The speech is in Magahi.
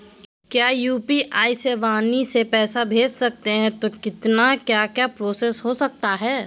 क्या यू.पी.आई से वाणी से पैसा भेज सकते हैं तो कितना क्या क्या प्रोसेस हो सकता है?